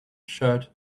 shirt